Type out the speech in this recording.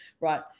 right